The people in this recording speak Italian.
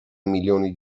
milioni